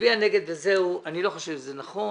להצביע נגד וזהו, אני לא חושב שזה נכון